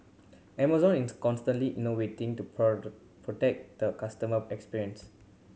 Amazon is constantly innovating to protect the customer experience